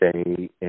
Stay